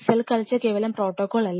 cell culture കേവലം protocol അല്ല